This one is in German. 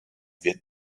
wird